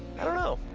i don't know